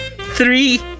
Three